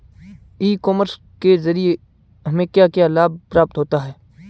E commerce के ज़रिए हमें क्या क्या लाभ प्राप्त होता है?